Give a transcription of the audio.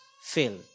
fail